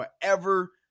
forever